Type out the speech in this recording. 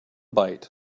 byte